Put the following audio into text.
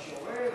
פילוסוף,